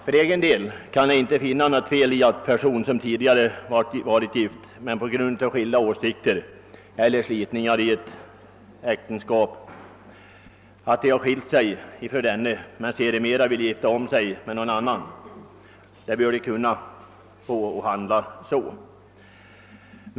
För egen del kan jag inte finna något fel i att en person som på grund av skiljaktiga åsikter eller andra slitningar i ett äktenskap skilt sig senare vill gifta om sig med någon annan; vederbörande bör kunna få handla så.